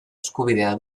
eskubidea